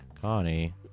connie